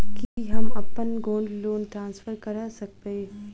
की हम अप्पन gold loan transfer करऽ सकबै?